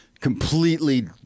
completely